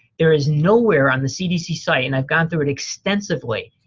there is nowhere on the cdc site, and i've gone through it extensively.